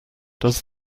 does